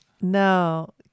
No